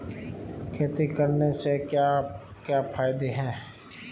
खेती करने से क्या क्या फायदे हैं?